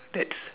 that's